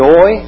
Joy